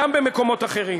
גם במקומות אחרים.